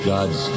God's